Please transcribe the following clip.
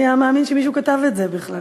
מי היה מאמין שמישהו כתב את זה בכלל?